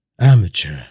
Amateur